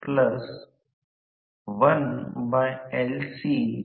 तर x ला पहा